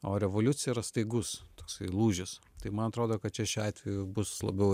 o revoliucija yra staigus toksai lūžis tai man atrodo kad čia šiuo atveju bus labiau